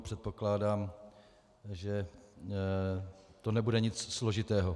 Předpokládám, že to nebude nic složitého.